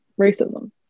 racism